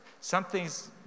something's